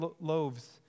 loaves